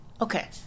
okay